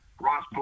Ross